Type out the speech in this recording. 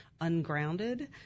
Ungrounded